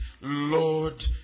Lord